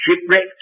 shipwrecked